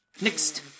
next